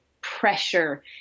pressure